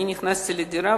אני נכנסתי לדירה,